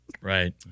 Right